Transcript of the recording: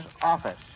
office